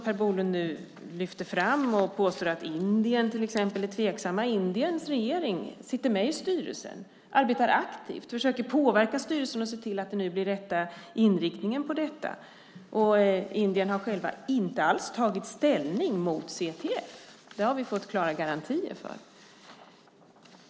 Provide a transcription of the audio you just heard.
Per Bolund lyfter fram kritik där han påstår att till exempel Indien är tveksamt. Men Indiens regering sitter med i styrelsen, arbetar aktivt och försöker påverka styrelsen och se till att det nu blir rätt inriktning på detta. Indien har inte alls tagit ställning mot CTF. Det har vi fått klara garantier för.